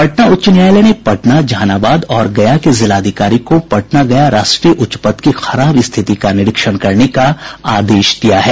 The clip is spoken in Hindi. पटना उच्च न्यायालय ने पटना जहानाबाद और गया के जिलाधिकारी को पटना गया राष्ट्रीय उच्च पथ की खराब स्थिति का निरीक्षण करने का आदेश दिया है